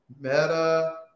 Meta